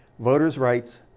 voters' rights,